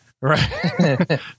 right